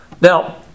Now